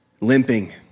limping